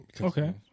Okay